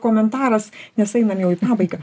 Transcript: komentaras nes einam į pabaigą